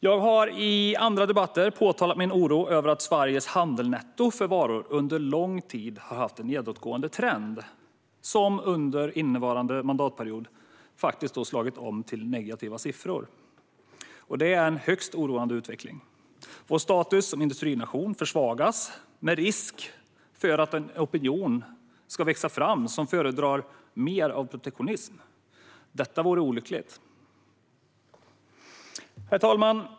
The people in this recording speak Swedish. Jag har i andra debatter påtalat min oro över att Sveriges handelsnetto för varor under lång tid har haft en nedåtgående trend som under innevarande mandatperiod slagit om till negativa siffror. Det är en högst oroande utveckling. Vår status som industrination försvagas med risk för att en opinion ska växa fram som föredrar mer av protektionism. Detta vore olyckligt. Herr talman!